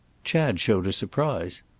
chad showed a surprise.